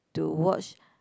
to watch